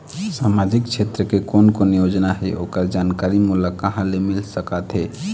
सामाजिक क्षेत्र के कोन कोन योजना हे ओकर जानकारी मोला कहा ले मिल सका थे?